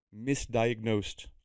misdiagnosed